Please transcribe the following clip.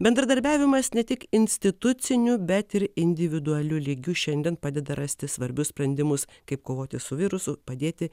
bendradarbiavimas ne tik instituciniu bet ir individualiu lygiu šiandien padeda rasti svarbius sprendimus kaip kovoti su virusu padėti